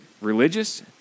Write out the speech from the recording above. religious